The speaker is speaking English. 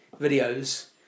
videos